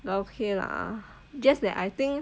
but okay lah just that I think